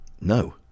No